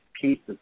pieces